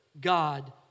God